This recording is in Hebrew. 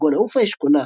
כגון; אעופה אשכונה,